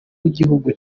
w’igihugu